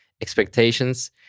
expectations